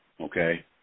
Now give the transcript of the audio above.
Okay